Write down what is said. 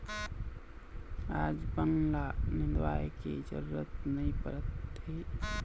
आज बन ल निंदवाए के जरूरत नइ परत हे